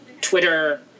Twitter